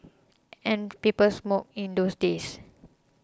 and people smoked in those days